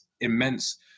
immense